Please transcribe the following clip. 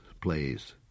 plays